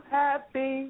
happy